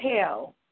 hell